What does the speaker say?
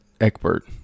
Eckbert